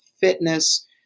fitness